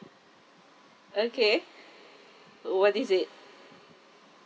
okay what is it